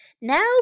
Now